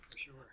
Sure